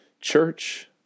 church